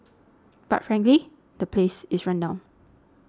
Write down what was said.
but frankly the place is run down